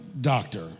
doctor